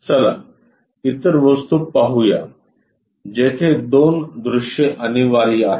चला इतर वस्तू पाहू या जेथे दोन दृश्ये अनिवार्य आहेत